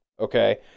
Okay